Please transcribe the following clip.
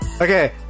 Okay